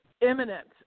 imminent